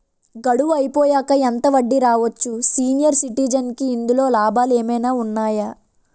గడువు అయిపోయాక ఎంత వడ్డీ రావచ్చు? సీనియర్ సిటిజెన్ కి ఇందులో లాభాలు ఏమైనా ఉన్నాయా?